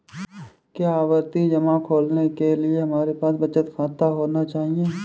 क्या आवर्ती जमा खोलने के लिए हमारे पास बचत खाता होना चाहिए?